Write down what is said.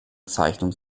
zeichnung